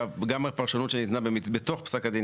וגם הפרשנות שניתנה בתוך פסק הדין,